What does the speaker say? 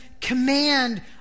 command